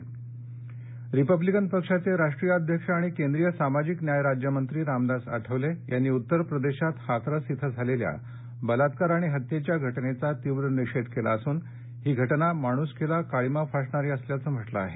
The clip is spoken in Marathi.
आठवले मंबई पश्चिम रिपब्लिकन पक्षाचे राष्ट्रीय अध्यक्ष आणि केंद्रीय सामाजिक न्याय राज्यमंत्री रामदास आठवले यांनी उत्तर प्रदेशात हाथरस इथं झालेल्या बलात्कार आणि हत्येची घटनेचा तीव्र निषेध केला असून ही घटना माणूसकीला काळीमा फासणारी असल्याचं म्हटलं आहे